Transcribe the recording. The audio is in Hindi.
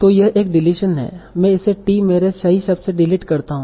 तो यह एक डिलीशन है मैं इसे t मेरे सही शब्द से डिलीट करता हूँ